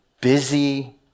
busy